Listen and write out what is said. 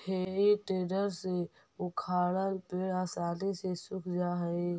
हेइ टेडर से उखाड़ल पेड़ आसानी से सूख जा हई